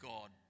God